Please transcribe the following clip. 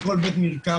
בכל בית מרקחת.